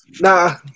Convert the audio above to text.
nah